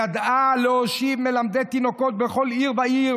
ידעה להושיב מלמדי תינוקות" בכל עיר ועיר,